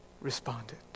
responded